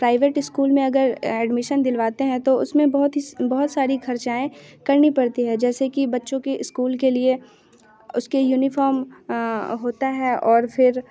private school में अगर admission दिलवाते हैं तो उस में बहुत ही बहुत सारी ख़र्चे करनी पड़ती है जैसे कि बच्चों के इस्कूल के लिए उसके यूनिफॉर्म होता है और फिर